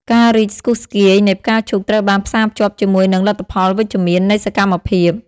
ការរីកស្គុះស្គាយនៃផ្កាឈូកត្រូវបានផ្សារភ្ជាប់ជាមួយនឹងលទ្ធផលវិជ្ជមាននៃសកម្មភាព។